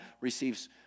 receives